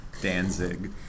Danzig